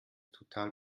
total